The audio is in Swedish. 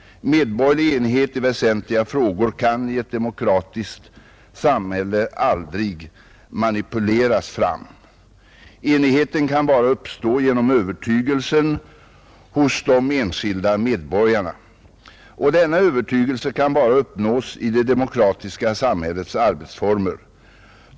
Medborgerlig enighet i väsentliga frågor kan i ett demokratiskt samhälle aldrig manipuleras fram. Enigheten kan bara uppstå genom övertygelsen hos de enskilda medborgarna. Och denna övertygelse kan bara uppnås i det demokratiska samhällets arbetsformer.